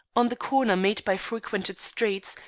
on the corner made by frequented streets,